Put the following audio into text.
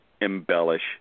embellish